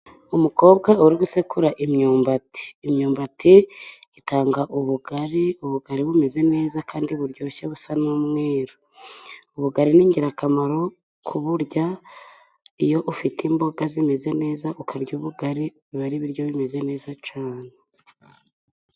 Umukobwa uri gusekura imyumbati, imyumbati itanga ubugari, ubugari bumeze neza kandi buryoshye busa n'umweruru. Ubugari ni ingirakamaro ku burya iyo ufite imboga zimeze neza ukarya ubugari biba ari ibiryo bimeze neza cyane.